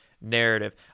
narrative